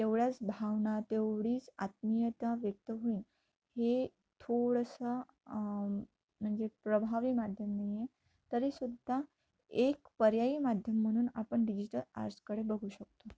तेवढ्याच भावना तेवढीच आत्मीयता व्यक्त होईल हे थोडंसं म्हणजे प्रभावी माध्यम नाही आहे तरीसुद्धा एक पर्यायी माध्यम म्हणून आपण डिजिटल आर्ट्सकडे बघू शकतो